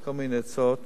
כל מיני הצעות.